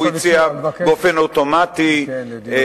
הוא הציע באופן אוטומטי דיון במליאה.